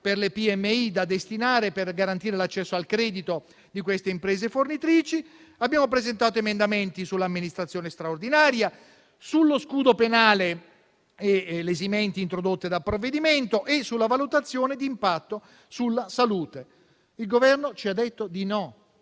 per le PMI da destinare per garantire l'accesso al credito di queste imprese fornitrici. Abbiamo presentato emendamenti sull'amministrazione straordinaria, sullo scudo penale e le esimenti introdotte dal provvedimento e sulla valutazione di impatto sulla salute. Il Governo ci ha detto di no